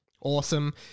Awesome